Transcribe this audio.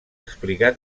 explicat